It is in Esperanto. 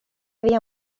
via